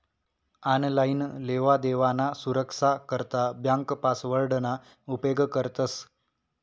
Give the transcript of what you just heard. online लेवादेवाना सुरक्सा करता ब्यांक पासवर्डना उपेग करतंस